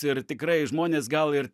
ir tikrai žmonės gal ir